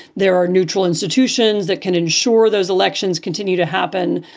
there are neutral institutions that can ensure those elections continue to happen.